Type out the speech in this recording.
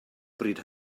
bryd